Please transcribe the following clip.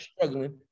struggling